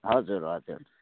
हजुर हजुर